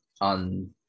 on